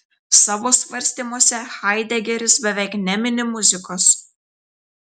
savo svarstymuose haidegeris beveik nemini muzikos